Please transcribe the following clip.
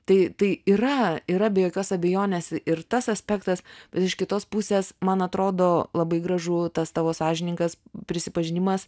tai tai yra yra be jokios abejonės ir tas aspektas bet iš kitos pusės man atrodo labai gražu tas tavo sąžiningas prisipažinimas